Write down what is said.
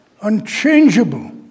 unchangeable